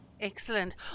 Excellent